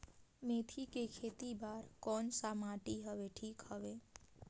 मेथी के खेती बार कोन सा माटी हवे ठीक हवे?